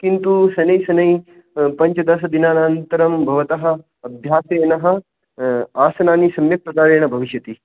किन्तु शनैः शनैः पञ्चदशदिनानन्तरं भवतः अभ्यासेन आसनानि सम्यक्प्रकारेण भविष्यति